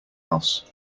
else